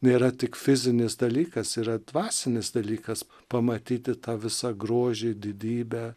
nėra tik fizinis dalykas yra dvasinis dalykas pamatyti tą visą grožį didybę